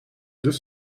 deux